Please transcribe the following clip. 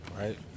right